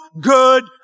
good